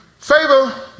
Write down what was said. favor